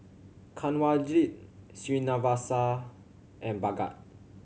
Kanwaljit Srinivasa and Bhagat